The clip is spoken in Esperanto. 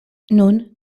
nun